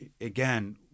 again